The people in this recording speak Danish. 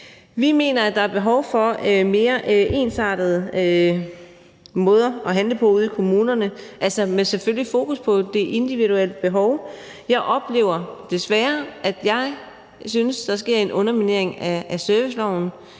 Vi mener, at der er behov for mere ensartede måder at handle på ude i kommunerne, altså selvfølgelig med fokus på de individuelle behov. Jeg oplever desværre, at der sker en underminering af serviceloven